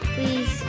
Please